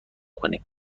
کنیم